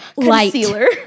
concealer